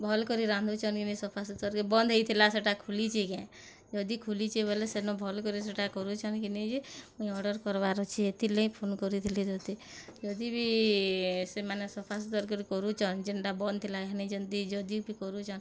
ଭଲ୍ କରି ରାନ୍ଧୁଛନ୍ କି ନେଇଁ ସଫା ସୁତରରେ ବନ୍ଦ ହେଇଥିଲା ସେଟା ଖୁଲିଛେ କେଁ ଯଦି ଖୁଲିଛେ ବେଲେ ସେନ ଭଲ୍ କରି ସେଟା କରୁଛନ୍ କିନି ଯେ ମୁଇଁ ଅର୍ଡ଼ର୍ କରବାର୍ ଅଛେ ହେତିରଲାଗି ଫୋନ୍ କରିଥିଲି ତୋତେ ଯଦି ବି ସେମାନେ ସଫାସୁତର୍ କରି କରୁଛନ୍ ଯେନ୍ଟା ବନ୍ଦ ଥିଲା ହେନେ ଯେନ୍ତି ଯଦି ବି କରୁଛନ୍